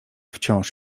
wciąż